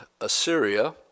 Assyria